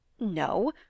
No